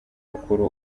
mukuru